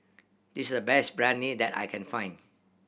this is the best Biryani that I can find